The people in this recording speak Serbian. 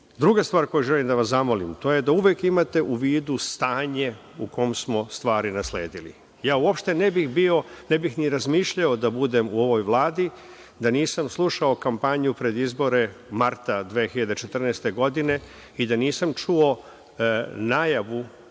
stvar koju želim da vas zamolim jeste da uvek imate u vidu stanje u kom smo stvari nasledili. Ja uopšte ne bih ni razmišljao da budem u ovoj Vladi da nisam slušao kampanju pred izbore marta 2014. godine i da nisam čuo najavu